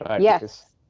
Yes